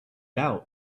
out